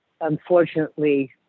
unfortunately